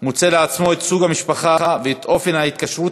מוצא לעצמו את סוג המשפחה ואת אופן ההתקשרות